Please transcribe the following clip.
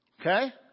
Okay